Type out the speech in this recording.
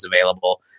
available